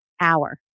hour